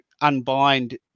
unbind